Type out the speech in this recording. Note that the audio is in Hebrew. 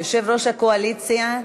יושב-ראש הקואליציה,